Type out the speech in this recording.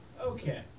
Okay